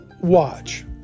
watch